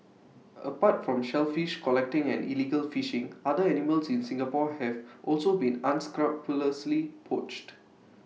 apart from shellfish collecting and illegal fishing other animals in Singapore have also been unscrupulously poached